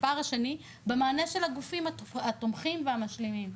הפער השני, במענה של הגופים התומכים והמשלימים.